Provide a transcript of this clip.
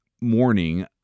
morning